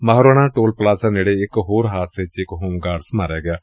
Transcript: Mahorana toll plaza ਨੇੜੇ ਇਕ ਹੋਰ ਹਾਦਸੇ ਚ ਇਕ ਹੋਮ ਗਾਰਡਜ ਮਾਰਿਆ ਗਿਐ